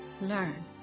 learn